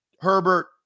Herbert